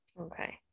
Okay